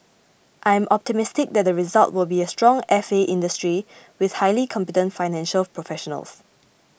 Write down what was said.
I'm optimistic that the result will be a stronger F A industry with highly competent financial professionals